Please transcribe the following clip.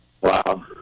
Wow